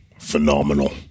phenomenal